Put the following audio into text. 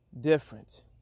different